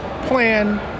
plan